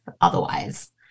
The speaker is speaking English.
otherwise